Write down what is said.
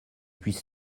puisse